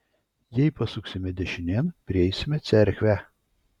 jei pasuksime dešinėn prieisime cerkvę